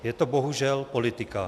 Je to bohužel politika.